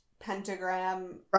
pentagram